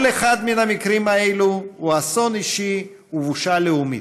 כל אחד מהמקרים האלה הוא אסון אישי ובושה לאומית.